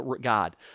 God